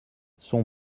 son